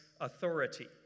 Authority